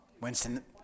winston